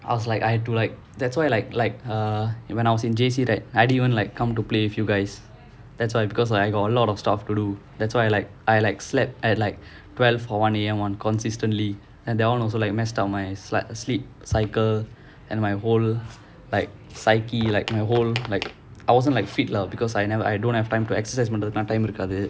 I was like I had to like that's why like like err when I was in J_C right I didn't even like come to play with you guys that's why because like I got a lot of stuff to do that's why I like I like slept at like twelve or one A_M [one] consistently and that [one] also like messed up my slide sleep cycle and my whole like psyche like my whole like I wasn't like fit lah because I never I don't have time to exercise பண்றதுக்குலாம்:pandrathukulaam time இருக்காது:irukaathu